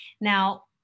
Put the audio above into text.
now